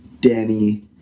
Danny